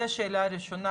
זו שאלה ראשונה,